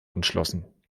umschlossen